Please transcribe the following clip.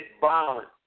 violence